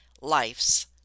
life's